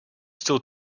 still